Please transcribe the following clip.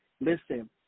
Listen